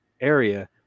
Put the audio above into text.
area